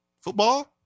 Football